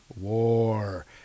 War